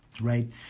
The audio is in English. right